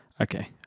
okay